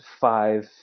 five